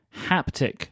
haptic